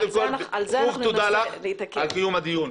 רוב תודה לך על קיום הדיון.